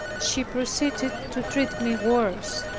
she proceeded to treat me worse.